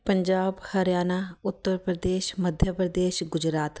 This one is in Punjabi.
ਪੰਜਾਬ ਹਰਿਆਣਾ ਉੱਤਰ ਪ੍ਰਦੇਸ਼ ਮੱਧ ਪ੍ਰਦੇਸ਼ ਗੁਜਰਾਤ